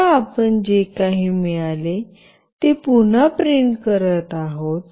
आता आपण जे काही मिळाले ते पुन्हा प्रिंट करत आहोत